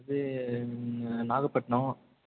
அது நாகப்பட்டினம்